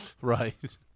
Right